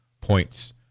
points